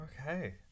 Okay